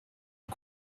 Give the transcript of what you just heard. les